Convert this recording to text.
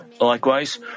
Likewise